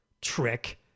trick